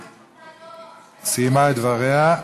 סיימה את דבריה.